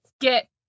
Get